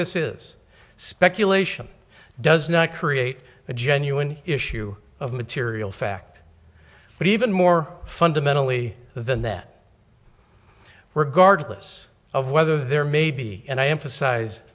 this is speculation does not create a genuine issue of material fact but even more fundamentally than that we're guarded less of whether there may be and i emphasize